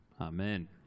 Amen